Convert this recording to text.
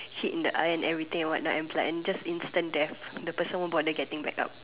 hit in the eye and everything and what not and like instant death the person won't bother getting back up